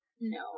No